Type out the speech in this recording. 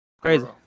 Crazy